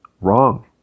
wrong